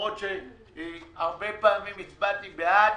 למרות שהרבה פעמים הצבעתי בעד